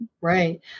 Right